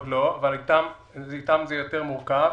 עוד לא, איתם זה יותר מורכב.